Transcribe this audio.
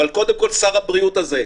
אבל קודם כול שר הבריאות הזה.